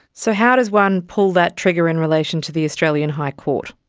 so how does one pull that trigger in relation to the australian high court?